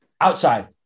outside